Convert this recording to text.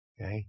Okay